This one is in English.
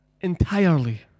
entirely